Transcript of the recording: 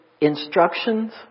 instructions